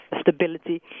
stability